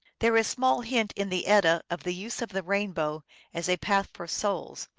there is small hint in the edda of the use of the rainbow as a path for souls,